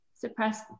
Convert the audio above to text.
suppress